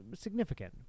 significant